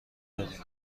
دادیم